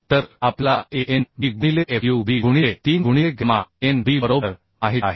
तर आपल्याला ANB गुणिले FUB गुणिले 3 गुणिले गॅमा NB बरोबर माहित आहे